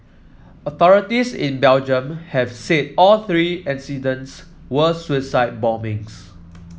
authorities in Belgium have said all three incidents were suicide bombings